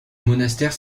monastère